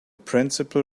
principal